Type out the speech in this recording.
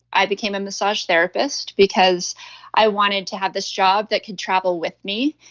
i became a massage therapist because i wanted to have this job that could travel with me,